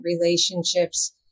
relationships